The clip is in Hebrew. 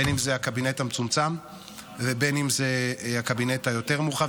בין שזה הקבינט המצומצם ובין שזה הקבינט היותר מורחב,